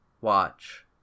watch